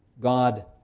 God